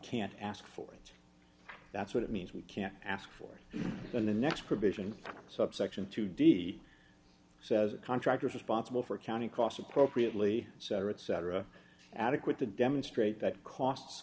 can't ask for it that's what it means we can't ask for the next provision subsection two d says contractors responsible for accounting costs appropriately and cetera et cetera adequate to demonstrate